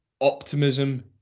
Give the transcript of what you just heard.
optimism